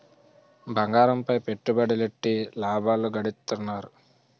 బంగారంపై పెట్టుబడులెట్టి లాభాలు గడిత్తన్నారు